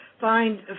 find